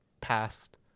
past